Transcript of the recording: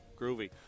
Groovy